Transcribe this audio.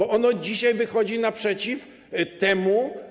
Ono dzisiaj wychodzi naprzeciw temu.